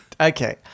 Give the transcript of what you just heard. Okay